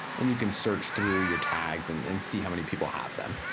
and you can search through your tags and and see how many people have them.